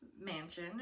Mansion